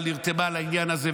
אבל נרתמה לעניין הזה,